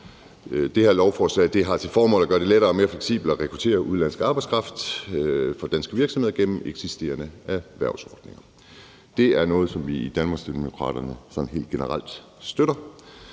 Det her lovforslag har til formål at gøre det lettere og mere fleksibelt at rekruttere udenlandsk arbejdskraft for danske virksomheder gennem eksisterende erhvervsordninger. Det er noget, som vi i Danmarksdemokraterne sådan helt generelt støtter.